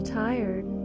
tired